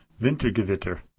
Wintergewitter